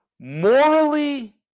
morally